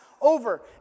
over